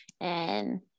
and-